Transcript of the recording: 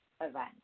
event